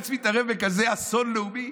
שבג"ץ מתערב בכזה אסון לאומי?